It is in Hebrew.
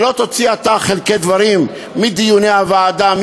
ולא תוציא אתה חלקי דברים מדיוני הוועדה,